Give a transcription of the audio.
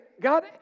God